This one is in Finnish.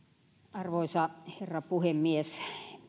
arvoisa herra puhemies